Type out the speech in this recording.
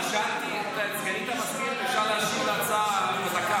אני שאלתי את סגנית המזכיר אם אפשר להשיב להצעה בדקה.